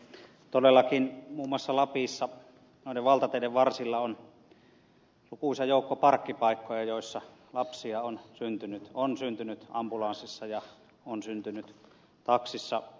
todellakin muun muassa lapissa noiden valtateiden varsilla on lukuisa joukko parkkipaikkoja joissa lapsia on syntynyt on syntynyt ambulanssissa ja on syntynyt taksissa